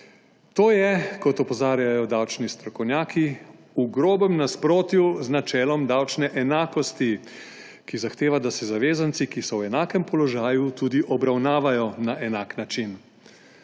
To je, kot opozarjajo davčni strokovnjaki, v grobem nasprotju z načelom davčne enakosti, ki zahteva, da se zavezanci, ki so v enakem položaju, tudi obravnavajo na enak način.